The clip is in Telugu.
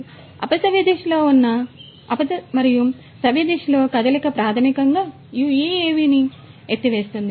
కాబట్టి అపసవ్య దిశలో మరియు సవ్యదిశలో కదలిక ప్రాథమికంగా ఈ UAV ని ఎత్తివేస్తుంది